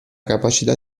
capacità